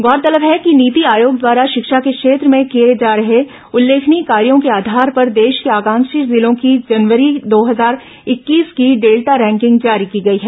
गौरतलब है कि नीति आयोग द्वारा शिक्षा के क्षेत्र में किए जा रहे उल्लेखनीय कार्यो के आधार पर देश के आकांक्षी जिलों की जनवरी दो हजार इक्कीस की डेल्टा रेकिंग जारी की गई है